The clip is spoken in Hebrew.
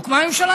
הוקמה ממשלה.